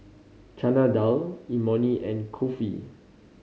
Chana Dal Imoni and Kulfi